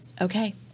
okay